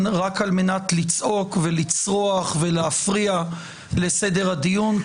רק על מנת לצעוק ולצרוח ולהפריע לסדר הדיון.